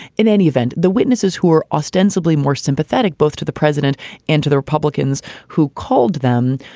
in any event, the witnesses who were ostensibly more sympathetic both to the president and to the republicans who called them,